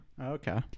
Okay